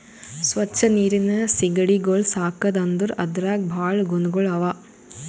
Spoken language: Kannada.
ಸ್ವಚ್ ನೀರಿನ್ ಸೀಗಡಿಗೊಳ್ ಸಾಕದ್ ಅಂದುರ್ ಅದ್ರಾಗ್ ಭಾಳ ಗುಣಗೊಳ್ ಅವಾ